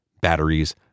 batteries